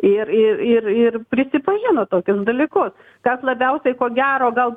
ir ir ir ir prisipažino tokius dalykus kad labiausiai ko gero gal